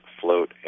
float